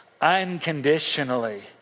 unconditionally